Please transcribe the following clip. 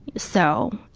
so,